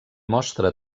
mostra